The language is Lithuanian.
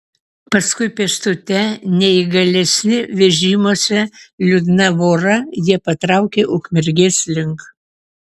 paskui pėstute neįgalesni vežimuose liūdna vora jie patraukė ukmergės link